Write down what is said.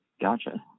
Gotcha